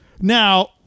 now